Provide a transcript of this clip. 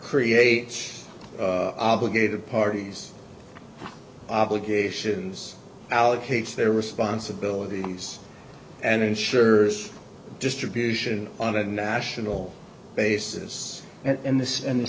creates obligated parties obligations allocates their responsibilities and ensures distribution on a national basis and this and the